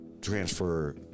transfer